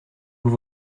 vous